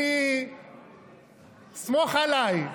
סמוך עליי.